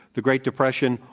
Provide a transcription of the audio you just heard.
the great depression,